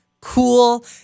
cool